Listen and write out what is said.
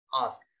ask